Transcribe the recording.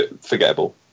forgettable